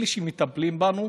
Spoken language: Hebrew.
אלה שמטפלים בנו,